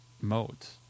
modes